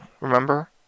remember